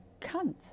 cunt